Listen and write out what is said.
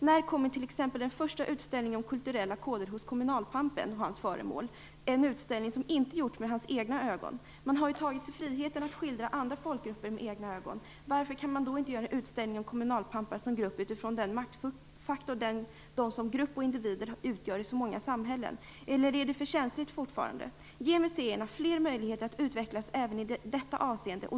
När kommer t.ex. exempel den första utställningen om kulturella koder hos kommunalpampen och hans föremål - en utställning som inte gjorts med hans egna ögon? Man har ju tagit sig friheten att skildra andra folkgrupper med egna ögon, varför kan man då inte göra en utställning om kommunalpampar som grupp, utifrån den maktfaktor de som grupp och individer utgör i så många samhällen? Eller är det för känsligt fortfarande? Ge museerna fler möjligheter att utvecklas även i detta avseende!